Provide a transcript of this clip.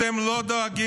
אתם לא דואגים,